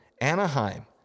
Anaheim